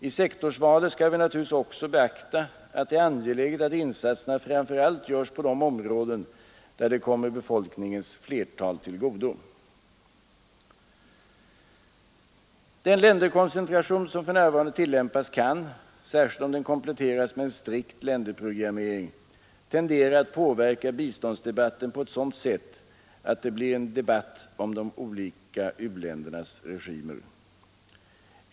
I sektorsvalet skall vi naturligtvis också beakta att det är angeläget att insatserna framför allt görs på de områden där de kommer befolkningens flertal till godo. Den länderkoncentration som för närvarande tillämpas kan, särskilt om den kompletteras med en strikt länderprogrammering, tendera att påverka biståndsdebatten på ett sådant sätt att det blir en debatt om de olika u-ländernas regimer.